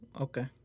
Okay